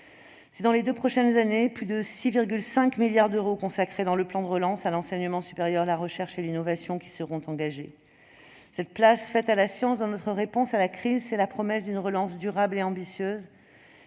Dans les deux prochaines années, plus de 6,5 milliards d'euros seront consacrés, dans le plan de relance, à l'enseignement supérieur, la recherche et l'innovation. La place faite à la science dans notre réponse à la crise, c'est la promesse d'une relance durable et ambitieuse,